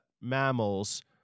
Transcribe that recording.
mammals